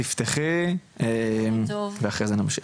תפתחי ואחרי זה נמשיך.